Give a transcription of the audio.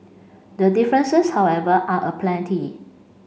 the differences however are aplenty